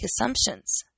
assumptions